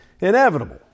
inevitable